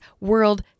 world